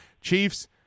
Chiefs